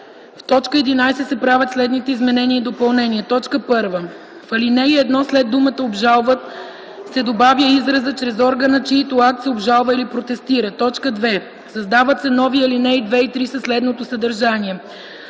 В точка 11 се правят следните изменения и допълнения: 1. В ал. 1 след думата „обжалват” се добавя изразът „чрез органа, чийто акт се обжалва или протестира”. 2. Създават се нови алинеи 2 и 3 със следното съдържание: